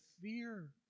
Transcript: fear